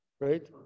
right